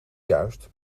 juist